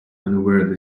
unaware